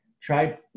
tried